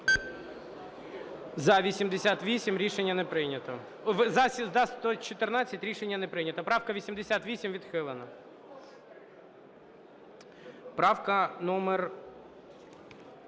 За – 114. Рішення не прийнято. Правка 88 відхилена.